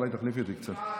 אולי תחליפי אותי קצת.